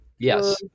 Yes